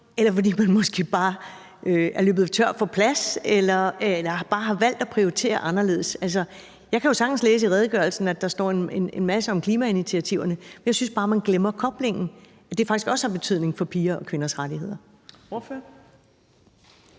eller fordi man måske bare er løbet tør for plads eller bare har valg at prioritere anderledes? Altså, jeg kan jo sagtens læse i redegørelsen, at der står en masse om klimainitiativerne. Jeg synes bare, man glemmer koblingen til, at det faktisk også har betydning for piger og kvinders rettigheder.